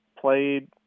played